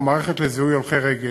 ומערכת לזיהוי הולכי רגל,